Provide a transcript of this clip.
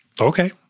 Okay